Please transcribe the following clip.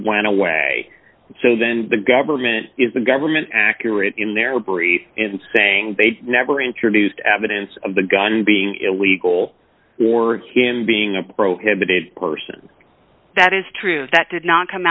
went away so then the government is the government accurate in their brief in saying they never introduced evidence of the gun being illegal or him being a prohibited person that is true that did not come